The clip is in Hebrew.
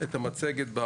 את המצגת,